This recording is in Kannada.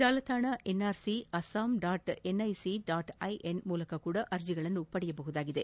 ಜಾಲತಾಣ ಎನ್ಆರ್ಸಿಅಸ್ಸಾಂ ಡಾಟ್ ಎನ್ಐಸಿ ಡಾಟ್ ಐಎನ್ ಮೂಲಕವೂ ಅರ್ಜಿಯನ್ನು ಪಡೆಯಬಹುದಾಗಿದೆ